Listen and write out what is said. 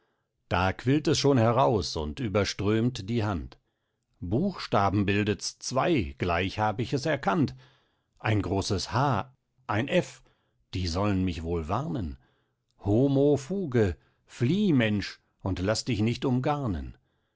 da quillt es schon heraus und überströmt die hand buchstaben bildets zwei gleich hab ich es erkannt ein großes h ein f die sollen mich wohl warnen homo fuge flieh mensch und laß dich nicht umgarnen